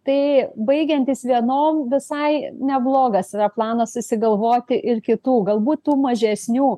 tai baigiantis vienom visai nebloga svetlana susigalvoti ir kitų galbūt tų mažesnių